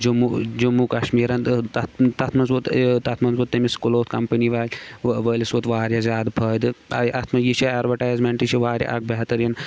جموں جموں کَشمیٖرَن تَتھ تَتھ منٛز ووت تَتھ منٛز ووت تٔمِس کٕلوتھ کَمپنی والۍ وٲلِس ووت واریاہ زیادٕ فٲیدٕ آے اَتھ منٛز یہِ چھِ اٮ۪ڈوَٹایزمنٛیٹ یہِ چھُ واریاہ اَکھ بہتریٖن